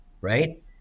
right